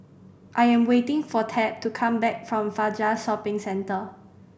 I am waiting for Tab to come back from Fajar Shopping Centre